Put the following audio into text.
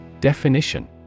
Definition